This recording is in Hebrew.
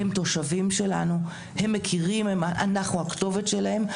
הם תושבים שלנו, הם מכירים, אנחנו הכתובת שלהם.